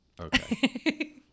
Okay